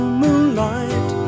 moonlight